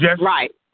Right